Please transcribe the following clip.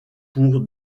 pour